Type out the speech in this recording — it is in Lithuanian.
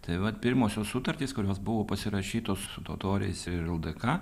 tai vat pirmosios sutartys kurios buvo pasirašytos su totoriais ir ldk